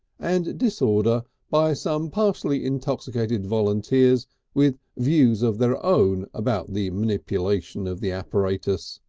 and disorder by some partially intoxicated volunteers with views of their own about the manipulation of the apparatus.